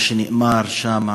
מה שנאמר שם,